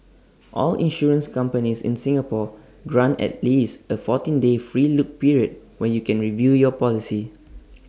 all insurance companies in Singapore grant at least A fourteen day free look period when you can review your policy